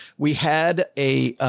we had a, ah,